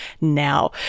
now